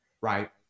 right